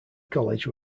college